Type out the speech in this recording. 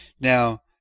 now